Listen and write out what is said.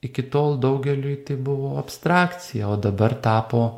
iki tol daugeliui tai buvo abstrakcija o dabar tapo